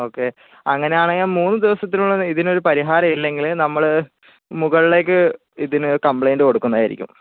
okay അങ്ങനെയാണെങ്കിൽ മൂന്ന് ദിവസത്തിനുള്ളിൽ ഇതിനൊര് പരിഹാരം ഇല്ലെങ്കില് നമ്മള് മുകളിലേക്ക് ഇതിന് കംപ്ളേൻറ്റ് കൊടുക്കുന്നതായിരിക്കും